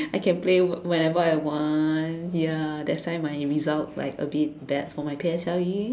I can play whenever I want ya that's why my result like a bit bad for my P_S_L_E